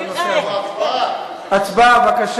רבותי, זה עובר לוועדת הכספים.